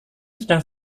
sedang